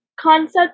concept